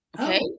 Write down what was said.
okay